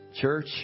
Church